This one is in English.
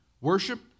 worship